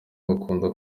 bakunda